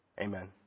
Amen